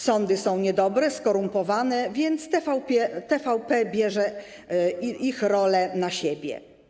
Sądy są niedobre, skorumpowane, więc TVP bierze ich rolę na siebie.